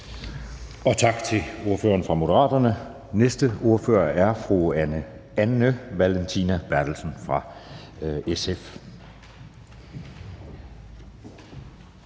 Tak til ordføreren for Moderaterne. Næste ordfører er fru Anne Valentina Berthelsen fra SF.